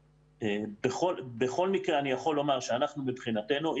בכל מקרה אני יכול לומר שאנחנו מבחינתנו,